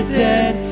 dead